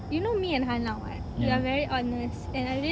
you know me and hannah [what] we're very honest and I did